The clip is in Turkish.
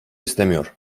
istemiyor